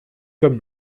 comme